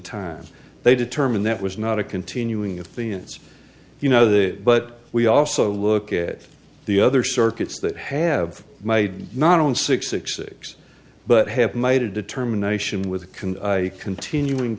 time they determined that was not a continuing of the it's you know the but we also look at the other circuits that have made not on six six six but have made a determination with the can i continuing